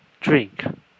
drink